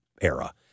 era